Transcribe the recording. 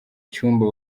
cyumba